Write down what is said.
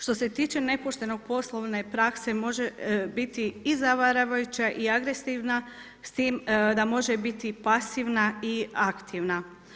Što se tiče nepoštene poslovne prakse može biti i zavaravajuća i agresivna s tim da može biti i pasivna i aktivna.